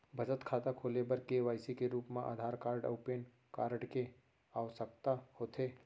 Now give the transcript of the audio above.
बचत खाता खोले बर के.वाइ.सी के रूप मा आधार कार्ड अऊ पैन कार्ड के आवसकता होथे